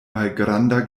malgranda